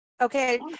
Okay